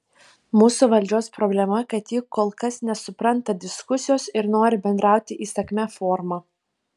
mūsų valdžios problema kad ji kol kas nesupranta diskusijos ir nori bendrauti įsakmia forma